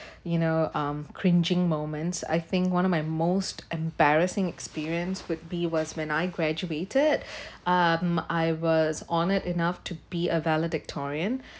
you know um cringing moments I think one of my most embarrassing experience would be was when I graduated um I was honored enough to be a valedictorian